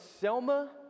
Selma